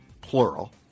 plural